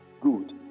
Good